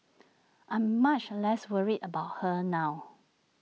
I'm much less worried about her now